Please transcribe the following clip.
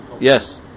Yes